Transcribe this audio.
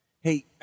Hey